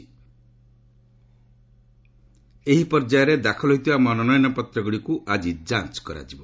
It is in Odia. ଆଜି ଏହି ପର୍ଯ୍ୟାୟରେ ଦାଖଲ ହୋଇଥିବା ମନୋନୟନ ପତ୍ରଗୁଡ଼ିକୁ ଯାଞ୍ଚ କରାଯିବ